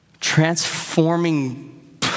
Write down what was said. transforming